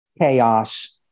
chaos